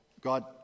God